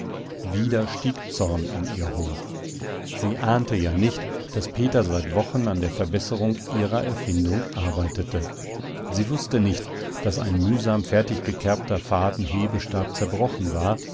wieder stieg zorn in ihr hoch sie ahnte ja nicht daß peter seit wochen an der verbesserung ihrer erfindung arbeitete sie wußte nicht daß ein mühsam fertiggekerbter faden hebestab zerbrochen war